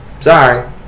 Sorry